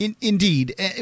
Indeed